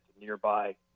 nearby